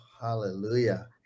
hallelujah